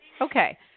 Okay